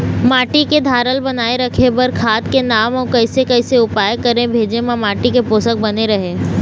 माटी के धारल बनाए रखे बार खाद के नाम अउ कैसे कैसे उपाय करें भेजे मा माटी के पोषक बने रहे?